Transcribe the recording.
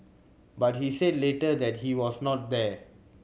but he said later that he was not there